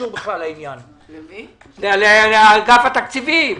לאגף התקציבים.